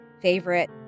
favorite